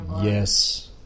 Yes